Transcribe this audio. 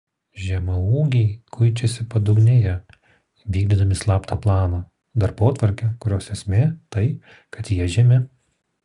žemaūgiai kuičiasi padugnėje vykdydami slaptą planą darbotvarkę kurios esmė tai kad jie žemi